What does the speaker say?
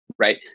right